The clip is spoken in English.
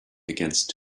against